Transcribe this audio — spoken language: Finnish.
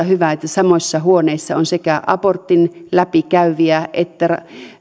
hyvä että samoissa huoneissa on sekä abortin läpikäyviä että